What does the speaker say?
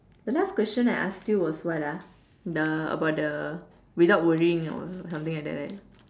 the last question I asked you was what ah the about the without worrying or something like that right